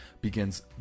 begins